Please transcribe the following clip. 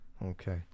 Okay